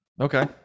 Okay